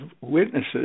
witnesses